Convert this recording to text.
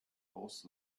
boss